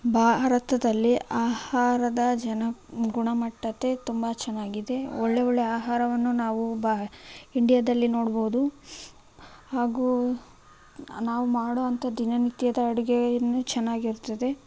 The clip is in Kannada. ಭಾರತದಲ್ಲಿ ಆಹಾರದ ಜನ ಗುಣಮಟ್ಟತೆ ತುಂಬ ಚೆನ್ನಾಗಿದೆ ಒಳ್ಳೆಯ ಒಳ್ಳೆಯ ಆಹಾರವನ್ನು ನಾವು ಭಾ ಇಂಡ್ಯಾದಲ್ಲಿ ನೋಡ್ಬಹುದು ಹಾಗೂ ನಾವು ಮಾಡುವಂಥ ದಿನನಿತ್ಯದ ಅಡುಗೆ ಇನ್ನೂ ಚೆನ್ನಾಗಿರುತ್ತದೆ